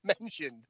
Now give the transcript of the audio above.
mentioned